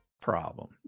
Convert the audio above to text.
Problem